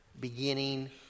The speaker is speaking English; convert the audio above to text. beginning